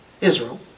Israel